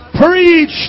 Preach